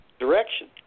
Direction